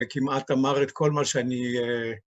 וכמעט אמר את כל מה שאני...